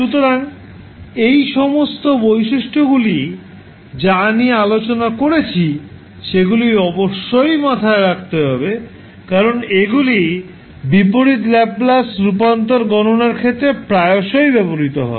সুতরাং এই সমস্ত বৈশিষ্ট্যগুলি যা নিয়ে আলোচনা করেছি সেগুলি অবশ্যই মাথায় রাখতে হবে কারণ এগুলি বিপরীত ল্যাপ্লাস রূপান্তর গণনার ক্ষেত্রে প্রায়শই ব্যবহৃত হবে